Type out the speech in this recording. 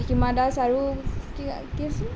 হীমা দাস আৰু কি আছিলে